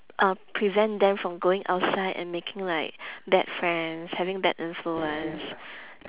uh prevent them from going outside and making like bad friends having bad influence